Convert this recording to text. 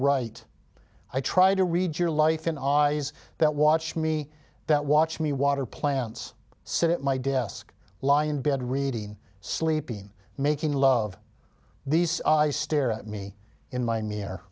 write i try to read your life in eyes that watch me that watch me water plants sit at my desk lie in bed reading sleeping making love these eyes stare at me in my mirror